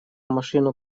машину